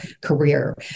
career